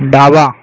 डावा